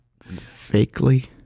Fakely